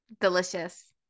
delicious